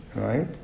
Right